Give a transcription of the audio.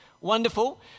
Wonderful